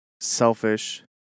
selfish